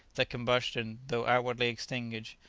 that combustion, though outwardly extinguished,